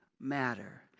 matter